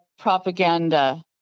Propaganda